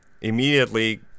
immediately